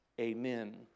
Amen